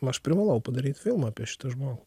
aš privalau padaryt filmą apie šitą žmogų